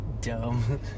Dumb